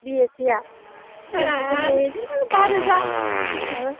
बि एस ए आ जेन्सफोरनि बिदिनो बा रोजा बिदि थाङो